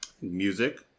music